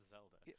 Zelda